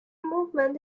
movement